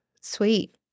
Sweet